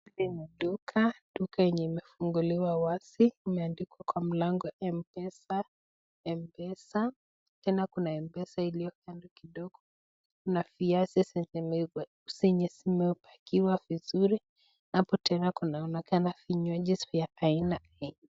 Hii ni duka, duka yenye imefunguliwa wazi, imeandikwa kwa mlango mpesa tena kuna mpesa iliyo kando kidogo, kuna viazi zenye zimepakiwa vizuri, hapo tena tunaona vinywaji vya aina mingi.